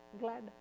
Glad